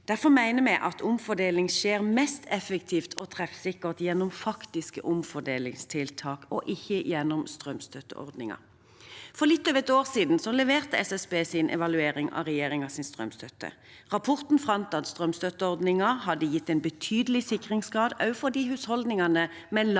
Derfor mener vi at omfordeling skjer mest effektivt og treffsikkert gjennom faktiske omfordelingstiltak og ikke gjennom strømstøtteordningen. For litt over et år siden leverte SSB sin evaluering av regjeringens strømstøtte. Rapporten fant at strømstøtteordningen hadde gitt en betydelig sikringsgrad også for husholdningene med lavest inntekt.